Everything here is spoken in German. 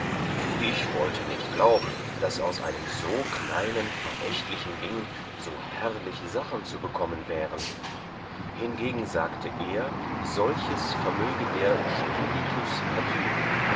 ich wollte nicht glauben daß aus einem so kleinen verächtlichen ding so herrliche sachen zu bekommen wären hingegen sagte er solches vermöge der spiritus